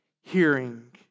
hearing